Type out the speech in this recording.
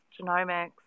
genomics